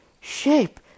shape